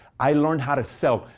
i learned how to sell.